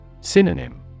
Synonym